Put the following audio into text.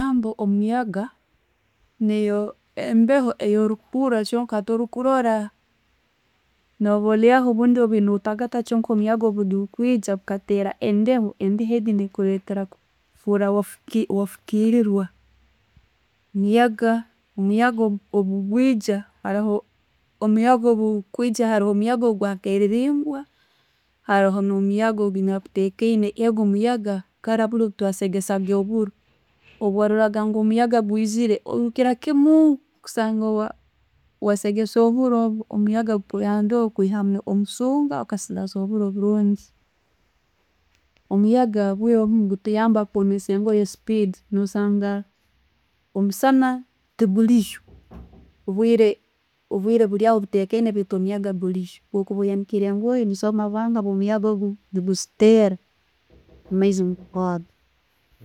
Ekigambo omuyaga niiyo ebeho gyorikuhura baitu toligirola. No'ba olyaho no'tagatta baitu omuyaga bwegukwijja, gukatera embeho, embeho egyo ne kuletera wahura wafukirirwa. Omuyaga bwigukwijja, haroho omuyaga okwa kererembwa, haroho no'muyaga ogunyetekaine, ogwo muyaga kara buli twasegesa ka obuuro. Obwaroraga ngu omuyaga gwiziire, oyirukira kimu kusanga wasegesa obuuro obwo omuyaga gukuyambeho kwihaamu obusoonga okasigaza obuuro oburungi. Omuyaga bwiire bunno gutuyamba kwomesa engoye speed. No'sanga omusana teguliiyo obwire buroho butekaine baito omuyaga guliyo, ne engoye ne zooma bwangun habwo' muyaga, ne zitera amaizi ne gawamu.